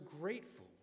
grateful